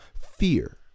fear